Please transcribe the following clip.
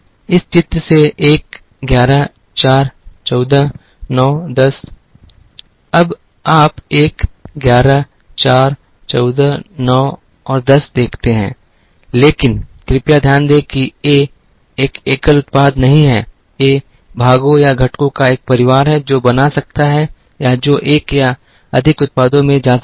इस चित्र से 1 11 4 14 9 10 अब आप 1 11 4 14 9 और 10 देखते हैं लेकिन कृपया ध्यान दें कि A एक एकल उत्पाद नहीं है A भागों या घटकों का एक परिवार है जो बना सकता है या जो एक या अधिक उत्पादों में जा सकता है